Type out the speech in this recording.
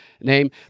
name